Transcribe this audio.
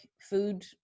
food